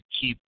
keep